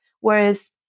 Whereas